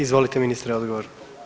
Izvolite, ministre, odgovor.